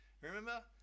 remember